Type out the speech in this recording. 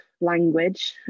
language